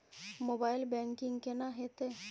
Mobile banking केना हेते?